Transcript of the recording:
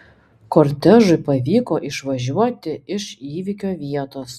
kortežui pavyko išvažiuoti iš įvykio vietos